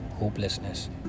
Hopelessness